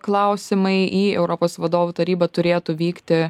klausimai į europos vadovų tarybą turėtų vykti